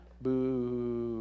boo